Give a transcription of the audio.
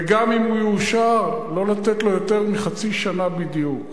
וגם אם הוא יאושר, לא לתת לו יותר מחצי שנה בדיוק.